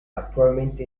actualmente